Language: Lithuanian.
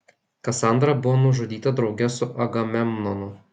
kasandra buvo nužudyta drauge su agamemnonu